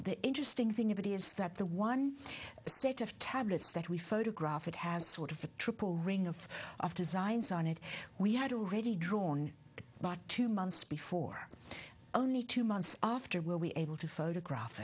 the interesting thing of it is that the one set of tablets that we photograph it has sort of a triple ring of after designs on it we had already drawn by two months before only two months after were we able to photograph